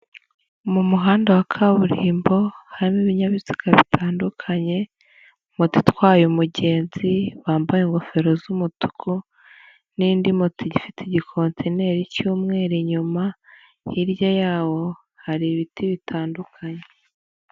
Mu muhanda wa kaburimbo, harimo ibinyabiziga bitandukanye, moto itwaye umugenzi wambaye ingofero z'umutuku, n'indi moto ifite igikontineri cy'umweru inyuma, hirya yawo hari ibiti bitandukanye.